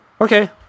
okay